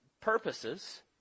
purposes